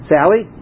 Sally